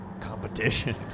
Competition